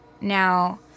now